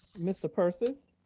mr. persis.